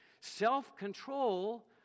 self-control